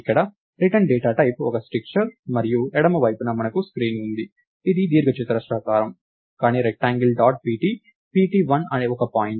ఇక్కడ return data type ఒక structure మరియు ఎడమ వైపున మనకు స్క్రీన్ ఉంది ఇది దీర్ఘచతురస్రం కానీ రెక్టాంగిల్ డాట్ pd pt1 ఒక పాయింట్